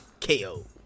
KO